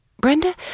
Brenda